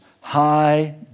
High